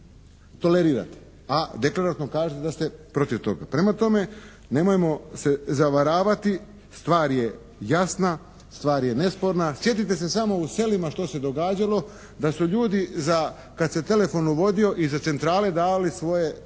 tolerirate, a deklaratno kažete da ste protiv toga. Prema tome, nemojmo se zavaravati, stvar je jasna, stvar je nesporna, sjetite se samo u selima što se događalo da su ljudi za kad se telefon uvodio i za centrale davali svoje